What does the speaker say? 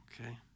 Okay